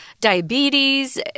diabetes